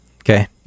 Okay